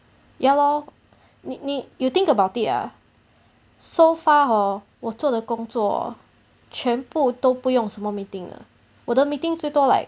ya lor need need you think about it ah so far hor 我做的工作 oh 全部都不用什么 meeting 的我的 meeting 最多 like